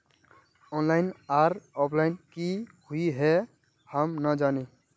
Online आर offline की हुई है हम ना जाने?